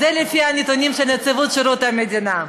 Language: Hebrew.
זה לפי הנתונים של נציבות שירות המדינה.